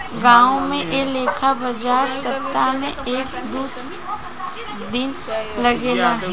गांवो में ऐ लेखा बाजार सप्ताह में एक दू दिन लागेला